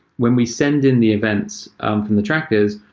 when we send in the events um from the trackers,